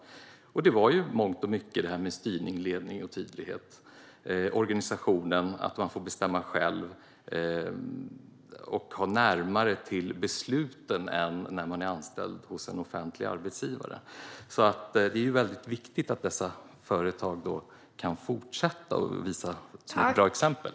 De svarade att det i mångt och mycket var detta med styrning, ledning och tydlighet, organisationen, att man får bestämma själv och att man har närmare till besluten än när man är anställd hos en offentlig arbetsgivare. Det är viktigt att dessa företag kan fortsätta och vara bra exempel.